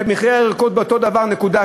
ומחירי הירקות ב-37.7%,